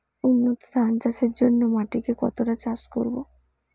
উন্নত ধান চাষের জন্য মাটিকে কতটা চাষ করব?